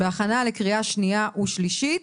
בהכנה לקריאה שנייה ושלישית.